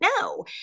No